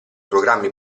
programmi